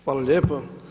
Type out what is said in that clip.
Hvala lijepo.